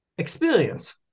experience